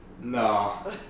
No